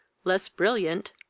less brilliant,